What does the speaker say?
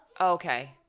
okay